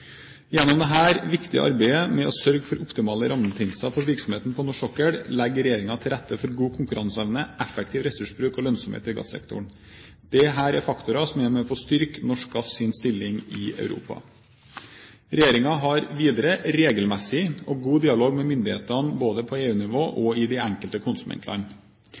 viktige arbeidet med å sørge for optimale rammebetingelser for virksomheten på norsk sokkel legger regjeringen til rette for god konkurranseevne, effektiv ressursbruk og lønnsomhet i gassektoren. Dette er faktorer som er med på å styrke den norske gassens stilling i Europa. Regjeringen har videre regelmessig og god dialog med myndighetene både på EU-nivå og i de enkelte konsumentland.